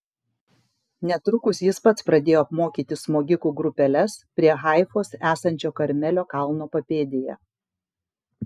netrukus jis pats pradėjo apmokyti smogikų grupeles prie haifos esančio karmelio kalno papėdėje